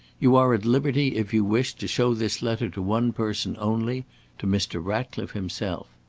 you are at liberty, if you wish, to show this letter to one person only to mr. ratcliffe himself.